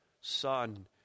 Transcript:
son